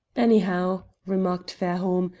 anyhow, remarked fairholme,